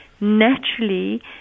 naturally